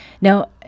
Now